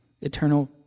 eternal